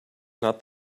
not